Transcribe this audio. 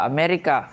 America